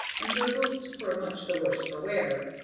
and her boots were much the worse for wear.